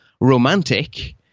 romantic